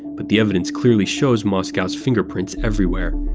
but the evidence clearly shows moscow's fingerprints everywhere.